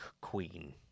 Queen